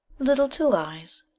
little two-eyes,